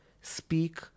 speak